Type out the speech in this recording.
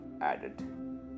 added